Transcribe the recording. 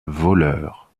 voleur